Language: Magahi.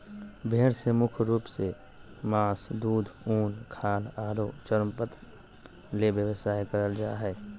भेड़ से मुख्य रूप से मास, दूध, उन, खाल आरो चर्मपत्र ले व्यवसाय करल जा हई